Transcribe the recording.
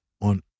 On